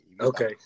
Okay